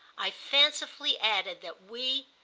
i fancifully added that we